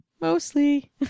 Mostly